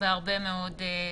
בהרבה מאוד זוויות.